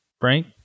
Frank